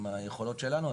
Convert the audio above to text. עם היכולות שלנו,